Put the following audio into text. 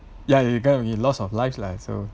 ya you get what I mean the loss of life lah so